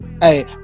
Hey